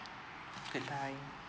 goodbye